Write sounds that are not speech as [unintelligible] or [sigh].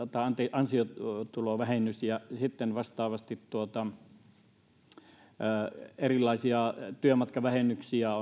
ansiotulovähennys ja sitten vastaavasti palkansaajilla on erilaisia työmatkavähennyksiä [unintelligible]